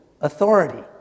authority